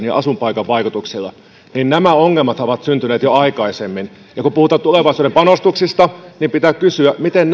ja asuinpaikan vaikutuksia koulutukseen niin silloinhan nämä ongelmat ovat syntyneet jo aikaisemmin kun puhutaan tulevaisuuden panostuksista niin pitää kysyä miten